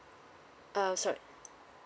uh sorry